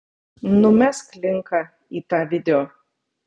numesk linką į tą video